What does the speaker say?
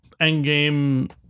Endgame